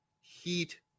heat